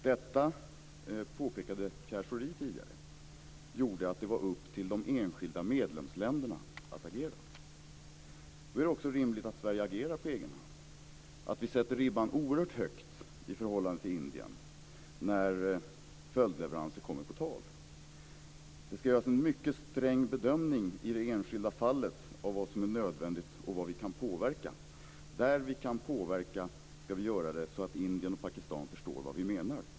Detta, påpekade Pierre Schori, gjorde att det var upp till de enskilda medlemsländerna att agera. Då är det också rimligt att Sverige agerar på egen hand, att vi sätter ribban oerhört högt när följdleveranser till Indien kommer på tal. Det ska göras en mycket sträng bedömning i det enskilda fallet av vad som är nödvändigt och av vad vi kan påverka. Där vi kan påverka ska vi göra det så att Indien och Pakistan förstår vad vi menar.